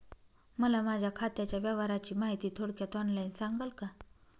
मला माझ्या खात्याच्या व्यवहाराची माहिती थोडक्यात ऑनलाईन सांगाल का?